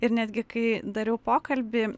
ir netgi kai dariau pokalbį